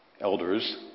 elders